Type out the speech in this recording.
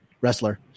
wrestler